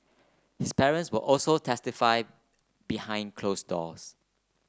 his parents will also testify behind closed doors